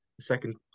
Second